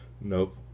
Nope